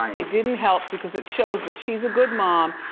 it didn't help because it shows that she's a good mom,